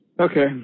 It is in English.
Okay